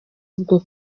ubwo